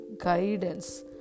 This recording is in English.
guidance